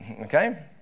okay